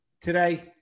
today